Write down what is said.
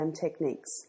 techniques